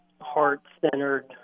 heart-centered